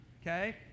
okay